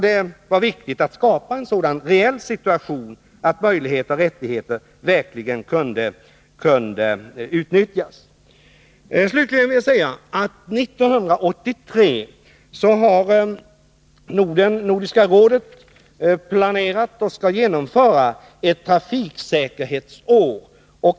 Det var viktigt att skapa en sådan reell situation att dessa möjligheter och rättigheter verkligen kunde utnyttjas. Slutligen vill jag säga att Nordiska rådet år 1983 skall genomföra ett trafiksäkerhetsår.